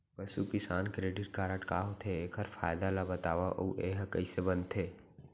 पसु किसान credit card का होथे, एखर फायदा ला बतावव अऊ एहा कइसे बनथे?